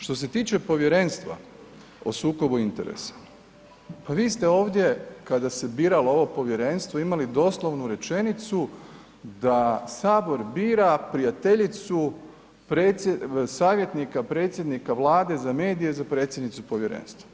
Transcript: Što se tiče Povjerenstva o sukobu interesa, pa vi ste ovdje kada se biralo ovo povjerenstvo imali doslovnu rečenicu da Sabor bira prijateljicu savjetnika predsjednika Vlade za medije za predsjednicu povjerenstva.